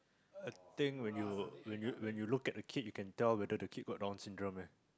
a thing when you when you when you look at a kid you can tell whether the kid got down syndrome ah